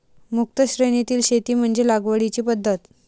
मुक्त श्रेणीतील शेती म्हणजे लागवडीची पद्धत